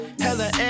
Hella